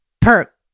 Perk